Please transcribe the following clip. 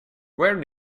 where